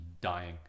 dying